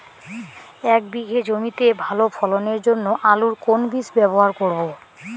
এক বিঘে জমিতে ভালো ফলনের জন্য আলুর কোন বীজ ব্যবহার করব?